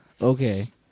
Okay